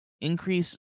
increase